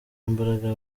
imbaraga